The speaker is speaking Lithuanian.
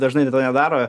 dažnai tai to nedaro